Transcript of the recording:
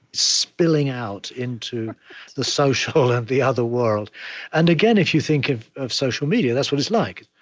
spilling out into the social and the other world and again, if you think of of social media, that's what it's like.